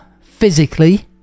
physically